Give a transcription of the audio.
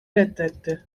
reddetti